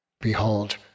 Behold